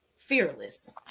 fearless